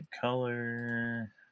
Color